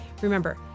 Remember